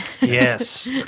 Yes